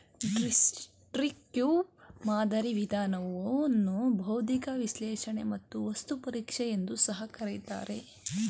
destructive ಮಾದರಿ ವಿಧಾನವನ್ನು ಬೌದ್ಧಿಕ ವಿಶ್ಲೇಷಣೆ ಮತ್ತು ವಸ್ತು ಪರೀಕ್ಷೆ ಎಂದು ಸಹ ಕರಿತಾರೆ